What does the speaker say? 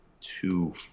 two